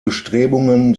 bestrebungen